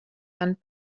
tant